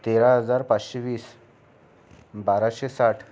तेरा हजार पाचशे वीस बाराशे साठ